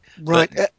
Right